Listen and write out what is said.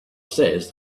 says